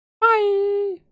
Bye